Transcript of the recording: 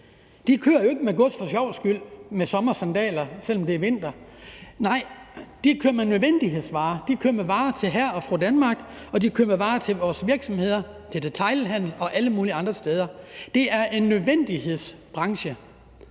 kører jo ikke med gods for sjovs skyld. De kører ikke med sommersandaler, når det er vinter. Nej, de kører med nødvendighedsvarer. De kører med varer til hr. og fru Danmark, og de kører med varer til vores virksomheder, til detailhandelen og alle mulige andre. Det er en nødvendighedsbranche.